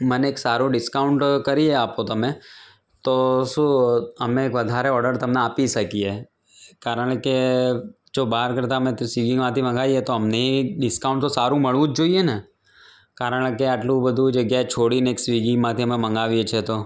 મને એક સારો ડિસ્કાઉન્ટ કરી આપો તમે તો શું અમે વધારે ઓર્ડર તમને આપી શકીએ કારણકે જો બહાર કરતાં અમે સ્વીગીમાંથી મગાવીએ તો અમને ડિસ્કાઉન્ટ તો સારું મળવું જ જોઈએ ને કારણકે આટલું બધું જગ્યા છોડીને એક સ્વીગીમાંથી અમે મગાવીએ છીએ તો